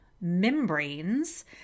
membranes